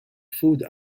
food